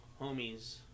homies